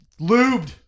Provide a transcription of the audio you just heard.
lubed